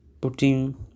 putting